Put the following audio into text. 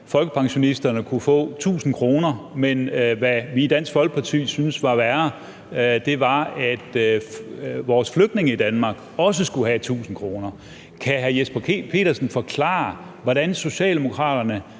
Folkepensionisterne kunne få 1.000 kr., men hvad vi i Dansk Folkeparti syntes var værre, var, at vores flygtninge i Danmark også skulle have 1.000 kr. Kan hr. Jesper Petersen forklare, hvordan Socialdemokraterne